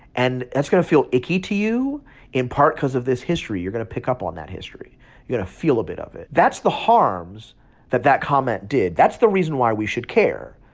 and that's going to feel icky to you in part cause of this history. you're going to pick up on that history. you're going to feel a bit of it that's the harms that that comment did. that's the reason why we should care.